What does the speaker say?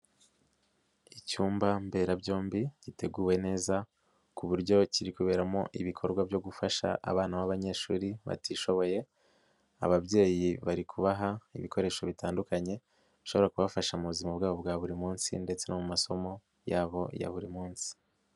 Icyumba mmberabyombi giteguwe neza ku buryo kiri kuberamo ibikorwa byo gufasha abana b'abanyeshuri batishoboye, ababyeyi bari kubaha ibikoresho bitandukanye bishobora kubafasha mu buzima bwabo bwa buri munsi ndetse no mu masomo yabo ya buri munsi.